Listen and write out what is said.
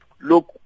Look